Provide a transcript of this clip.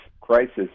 crisis